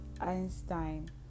Einstein